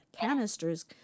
canisters